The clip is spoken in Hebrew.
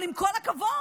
אבל עם כל הכבוד,